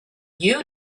you